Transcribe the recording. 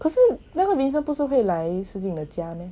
可是那个 vincent 不是会来 sijing 的家 meh